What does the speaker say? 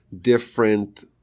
different